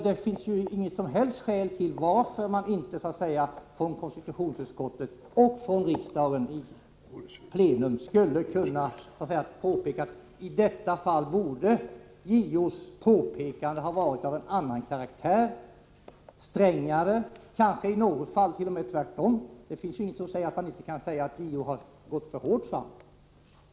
Det finns ju inget som helst skäl till att inte konstitutionsutskottet och riksdagen i plenum skulle kunna uttala att i dessa fall borde JO:s påpekande ha varit av en annan karaktär, strängare — och kanske i något fall t.o.m. tvärtom. Det finns ju ingenting som säger att man inte kan anföra att JO har gått för hårt fram.